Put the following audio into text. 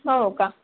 हो का